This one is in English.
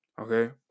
okay